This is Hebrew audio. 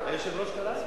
היושב-ראש קרא לי.